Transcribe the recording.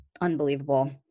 unbelievable